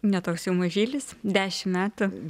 ne toks jau mažylis dešimt metų